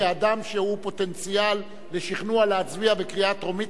כאדם שהוא פוטנציאל לשכנוע להצביע בקריאה טרומית